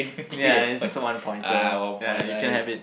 ya it's just a one point so ya you can have it